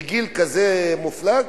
בגיל כזה מופלג?